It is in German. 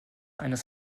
eines